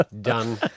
Done